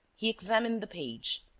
he examined the page.